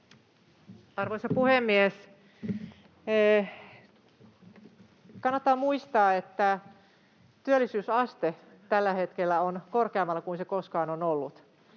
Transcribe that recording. Arvoisa puhemies! Kannattaa muistaa, että työllisyysaste tällä hetkellä on korkeammalla kuin se koskaan on ollut,